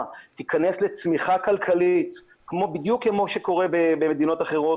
תיכנס לצמיחה כלכלית בדיוק כמו שקורה במדינות אחרות.